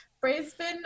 Brisbane